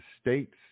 States